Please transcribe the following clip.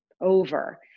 over